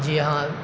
جی ہاں